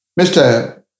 Mr